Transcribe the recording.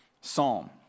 psalm